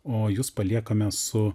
o jus paliekame su